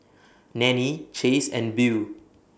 Nannie Chace and Beau